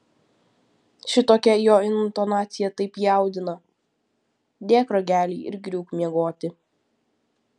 šitokia jo intonacija taip jaudina dėk ragelį ir griūk miegoti